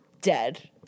dead